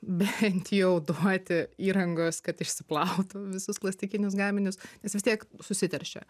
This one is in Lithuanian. bent jau duoti įrangos kad išsiplautų visus plastikinius gaminius nes vis tiek susiteršia